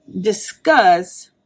discuss